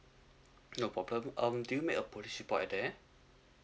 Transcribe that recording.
no problem um do you make a police report at there